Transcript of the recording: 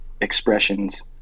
expressions